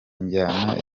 njyana